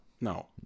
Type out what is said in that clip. No